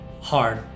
hard